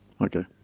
Okay